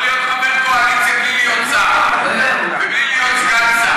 יכול להיות חבר קואליציה בלי להיות שר ובלי להיות סגן שר.